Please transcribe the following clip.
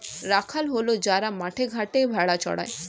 রাখাল হল যারা মাঠে ঘাটে ভেড়া চড়ায়